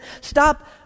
stop